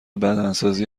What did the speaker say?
بدنسازی